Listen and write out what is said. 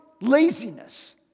laziness